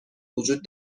وجود